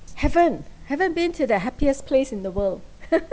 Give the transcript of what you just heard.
haven't haven't been to the happiest place in the world